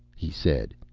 he said.